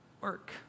work